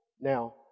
Now